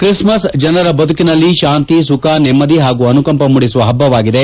Christmas ಜನರ ಬದುಕಲ್ಲಿ ತಾಂತಿ ಸುಖ ನೆಮ್ಮದಿ ಹಾಗೂ ಅನುಕಂಪ ಮೂಡಿಸುವ ಹಬ್ಬವಾಗಿದೆ